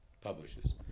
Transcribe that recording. publishes